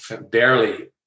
barely